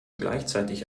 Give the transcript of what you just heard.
gleichzeitig